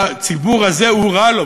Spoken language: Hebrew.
הציבור הזה, הורע לו.